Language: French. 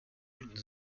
une